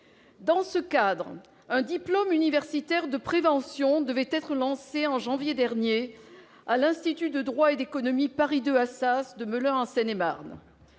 Dans ce cadre, un diplôme universitaire de prévention devait être lancé en janvier dernier à l'Institut de droit et d'économie Paris-II Assas de Melun, en Seine-et-Marne.